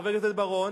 חבר הכנסת בר-און,